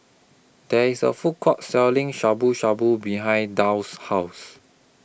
There IS A Food Court Selling Shabu Shabu behind Dow's House